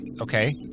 Okay